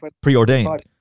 preordained